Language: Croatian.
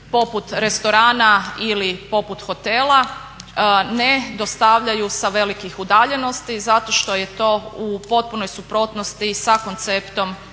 poput restorana ili poput hotela ne dostavljaju sa velikih udaljenosti zato što je to u potpunoj suprotnosti sa konceptom